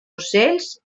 ocells